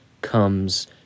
comes